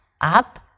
up